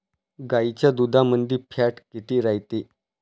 गाईच्या दुधामंदी फॅट किती रायते?